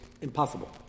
impossible